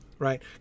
Right